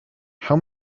how